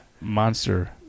Monster